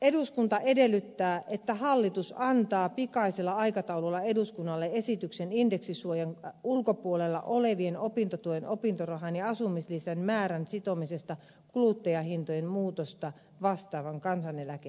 eduskunta edellyttää että hallitus antaa pikaisella aikataululla eduskunnalle esityksen indeksisuojan ulkopuolella olevien opintotuen opintorahan ja asumislisän määrän sitomisesta kuluttajahintojen muutosta vastaavaan kansaneläkeindeksiin